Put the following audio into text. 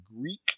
Greek